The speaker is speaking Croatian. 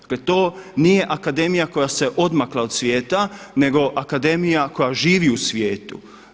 Dakle to nije akademija koja se odmakla od svijeta nego akademija koja živi u svijetu.